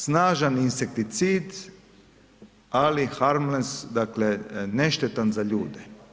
Snažan insekticid, ali harmless, dakle neštetan za ljude.